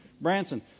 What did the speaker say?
Branson